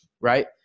right